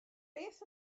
beth